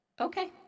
okay